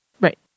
Right